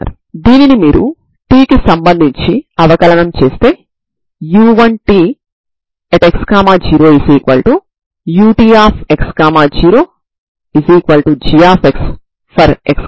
కాబట్టి దీనికోసం మీరు నాన్ జీరో పరిష్కారాన్ని కలిగి ఉంటారు ఎందుకంటే డిటర్మినెంట్ 0 అవుతుంది కాబట్టి